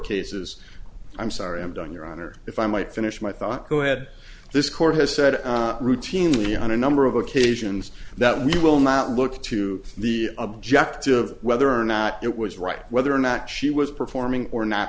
cases i'm sorry i'm done your honor if i might finish my thought go ahead this court has said routinely on a number of occasions that we will not look to the objective of whether or not it was right whether or not she was performing or not